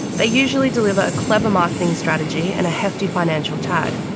they usually deliver a clever marketing strategy and a hefty financial tag,